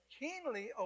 keenly